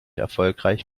erfolgreich